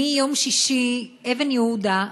מיום שישי אבן יהודה,